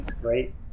great